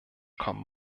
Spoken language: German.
kommen